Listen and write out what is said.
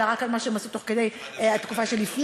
אלא רק על מה שהם עשו בתקופה שלפני.